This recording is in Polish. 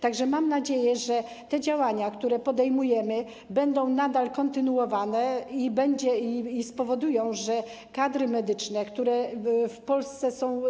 Tak że mam nadzieję, że te działania, które podejmujemy, będą kontynuowane, że spowodują, że kadry medyczne, które w Polsce są